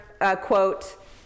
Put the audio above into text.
quote